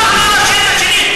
אנחנו סיימנו,